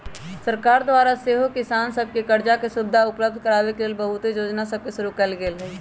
सरकार द्वारा सेहो किसान सभके करजा के सुभिधा उपलब्ध कराबे के लेल बहुते जोजना सभके शुरु कएल गेल हइ